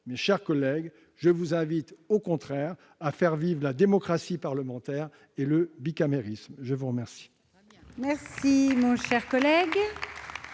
Mes chers collègues, je vous invite, au contraire, à faire vivre la démocratie parlementaire et le bicamérisme ! Quel